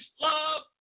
love